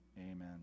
amen